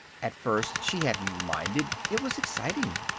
at first she hadn't minded. it was exciting.